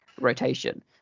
rotation